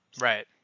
Right